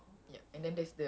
mmhmm mmhmm